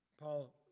Paul